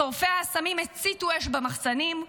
שורפי האסמים הציתו אש במחסנים,